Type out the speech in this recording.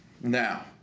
now